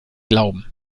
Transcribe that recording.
glauben